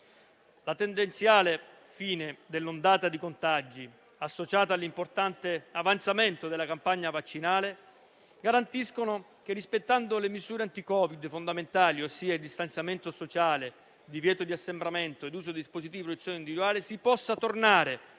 La tendenziale fine dell'ondata dei contagi, associata all'importante avanzamento della campagna vaccinale, garantisce che, rispettando le misure anti-Covid fondamentali, ossia il distanziamento sociale, il divieto di assembramento e l'uso dei dispositivi di protezione individuale, si possa tornare